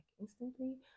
instantly